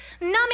Numbing